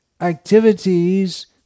activities